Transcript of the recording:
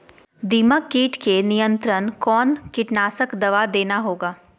दीमक किट के नियंत्रण कौन कीटनाशक दवा देना होगा?